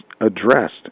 addressed